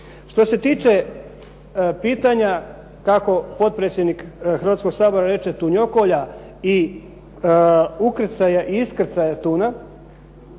Što se tiče pitanja kako potpredsjednik Hrvatskog sabora reče tunjokolja i ukrcaja i iskrcaja tuna